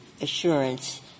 assurance